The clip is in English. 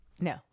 no